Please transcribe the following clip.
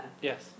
Yes